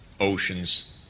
oceans